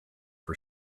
for